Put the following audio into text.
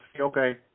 okay